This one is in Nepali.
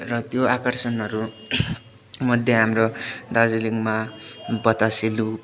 र त्यो आकर्षणहरू मध्ये हाम्रो दार्जिलिङमा बतासे लुप